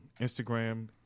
Instagram